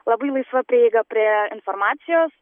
labai laisva prieiga prie informacijos